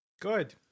Good